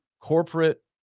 corporate